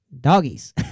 doggies